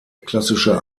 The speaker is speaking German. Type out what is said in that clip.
klassische